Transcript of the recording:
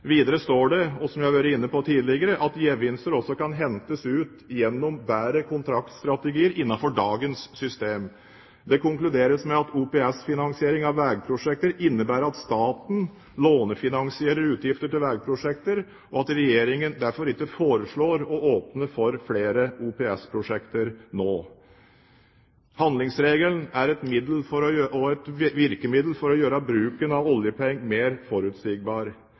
Videre står det, som jeg har vært inne på tidligere, at gevinster også kan hentes ut gjennom bedre kontraktsstrategier innenfor dagens system. Det konkluderes med at OPS-finansiering av vegprosjekter innebærer at staten lånefinansierer utgifter til vegprosjekter, og at Regjeringen derfor foreslår ikke å åpne for flere OPS-prosjekter nå. Handlingsregelen er et virkemiddel for å gjøre bruken av oljepenger mer forutsigbar. Slik støtter handlingsregelen også opp under pengepolitikken og reduserer faren for en forventningsdrevet styrking av